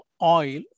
oil